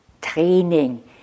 training